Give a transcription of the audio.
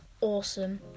awesome